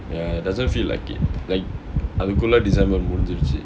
ya doesn't feel like it like அதுக்குள்ள:athukkulla december முடிஞ்சிருச்சு:mudinjiruchu